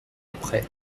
après